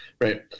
right